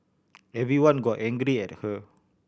everyone got angry at her